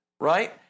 right